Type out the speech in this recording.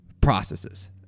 processes